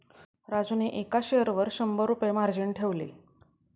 राजूने एका शेअरवर शंभर रुपये मार्जिन ठेवले